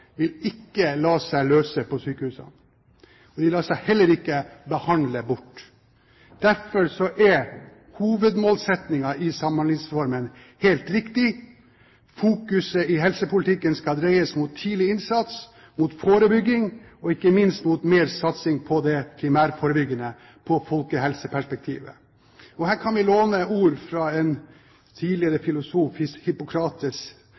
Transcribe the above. vil ikke la seg løse på sykehusene. De lar seg heller ikke behandle bort. Derfor er hovedmålsetningen i Samhandlingsreformen helt riktig. Fokuset i helsepolitikken skal dreies mot tidlig innsats, mot forebygging og, ikke minst, mot mer satsing på det primærforebyggende, på folkehelseperspektivet. Her kan vi låne ord fra en tidligere